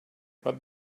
but